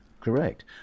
correct